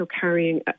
carrying